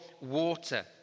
water